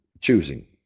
choosing